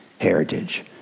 heritage